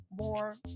more